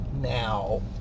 now